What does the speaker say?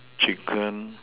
chicken